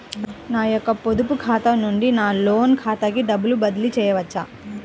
నా యొక్క పొదుపు ఖాతా నుండి నా లోన్ ఖాతాకి డబ్బులు బదిలీ చేయవచ్చా?